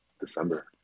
December